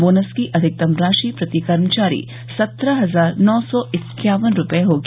bonus की अधिकतम राशि प्रति कर्मचारी सत्रह हजार नौ सौ इक्यावन रुपये होगी